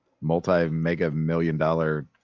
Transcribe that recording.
multi-mega-million-dollar